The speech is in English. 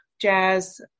jazz